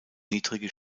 niedrige